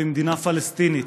במדינה פלסטינית.